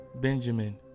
Benjamin